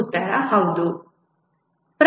ಉತ್ತರ ಹೌದು